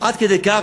עד כדי כך,